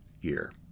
year